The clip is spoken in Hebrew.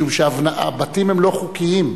משום שהבתים לא חוקיים.